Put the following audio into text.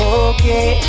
okay